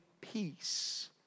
peace